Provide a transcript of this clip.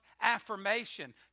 affirmation